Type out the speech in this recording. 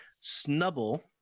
snubble